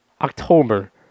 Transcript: October